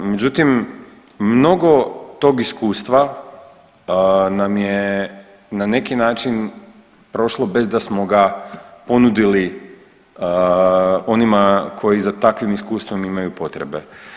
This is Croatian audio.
Međutim, mnogo tog iskustva nam je na neki način prošlo bez da smo ga ponudili onima koji za takvim iskustvom imaju potrebe.